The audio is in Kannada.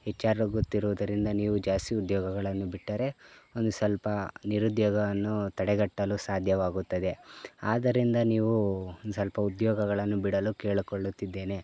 ಎಚ್ಚಾರಗುತ್ತಿರುವುದರಿಂದ ನೀವು ಜಾಸ್ತಿ ಉದ್ಯೋಗಗಳನ್ನು ಬಿಟ್ಟರೆ ಒಂದು ಸ್ವಲ್ಪ ನಿರುದ್ಯೋಗವನ್ನು ತಡೆಗಟ್ಟಲು ಸಾಧ್ಯವಾಗುತ್ತದೆ ಆದ್ದರಿಂದ ನೀವು ಒಂದು ಸ್ವಲ್ಪ ಉದ್ಯೋಗಗಳನ್ನು ಬಿಡಲು ಕೇಳಕೊಳ್ಳುತ್ತಿದ್ದೇನೆ